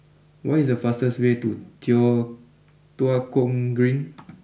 what is the fastest way to Tua Kong Green